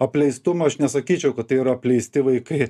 apleistumą aš nesakyčiau kad tai yra apleisti vaikai